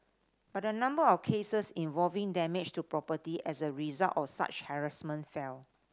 but the number of cases involving damage to property as a result of such harassment fell